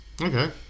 Okay